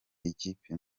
ikipe